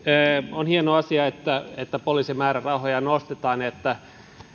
on hieno asia että että poliisin määrärahoja nostetaan että